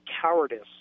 cowardice